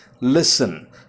Listen